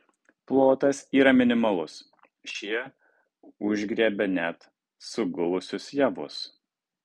plotas yra minimalus šie užgriebia net sugulusius javus